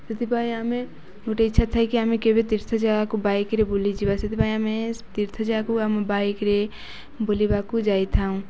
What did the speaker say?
ସେଥିପାଇଁ ଆମେ ଗୋଟେ ଇଚ୍ଛା ଥାଏକି ଆମେ କେବେ ତୀର୍ଥ ଜାଗାକୁ ବାଇକ୍ରେ ବୁଲିଯିବା ସେଥିପାଇଁ ଆମେ ତୀର୍ଥ ଜାଗାକୁ ଆମ ବାଇକ୍ରେ ବୁଲିବାକୁ ଯାଇଥାଉ